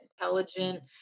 intelligent